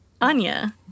Anya